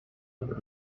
could